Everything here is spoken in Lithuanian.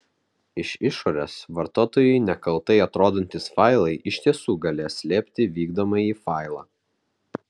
iš išorės vartotojui nekaltai atrodantys failai iš tiesų galės slėpti vykdomąjį failą